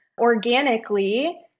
organically